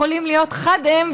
חד הם,